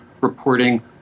reporting